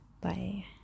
bye